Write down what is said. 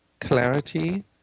clarity